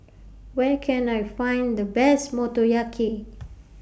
Where Can I Find The Best Motoyaki